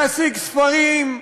להשיג ספרים.